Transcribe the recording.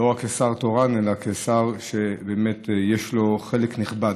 לא רק כשר תורן אלא כשר שבאמת יש לו חלק נכבד,